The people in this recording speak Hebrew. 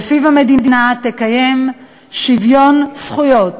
ולפיהם המדינה תקיים שוויון זכויות